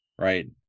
right